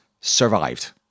survived